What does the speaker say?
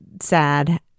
sad